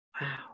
Wow